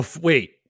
Wait